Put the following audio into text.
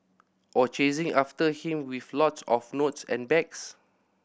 or chasing after him with lots of notes and bags